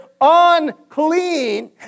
unclean